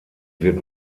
wird